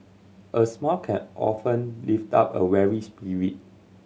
a smile can often lift up a weary spirit